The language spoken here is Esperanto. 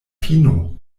fino